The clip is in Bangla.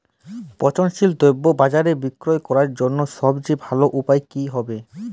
পচনশীল দ্রব্য বাজারে বিক্রয় করার জন্য সবচেয়ে ভালো উপায় কি হবে?